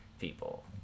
people